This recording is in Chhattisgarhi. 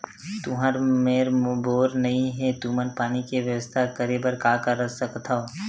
तुहर मेर बोर नइ हे तुमन पानी के बेवस्था करेबर का कर सकथव?